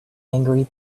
angry